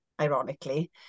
ironically